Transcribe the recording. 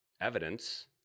evidence